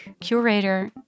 curator